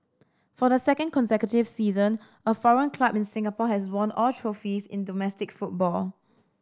for the second consecutive season a foreign club in Singapore has won all trophies in domestic football